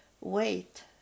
wait